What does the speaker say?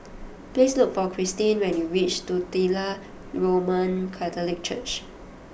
please look for Christine when you reach Titular Roman Catholic Church